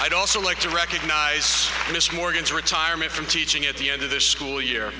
thad also like to recognize morgan's retirement from teaching at the end of this school year